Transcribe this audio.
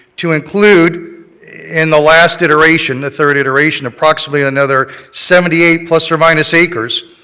to include in the last iteration, the third iteration, approximately another seventy eight plus or minus acres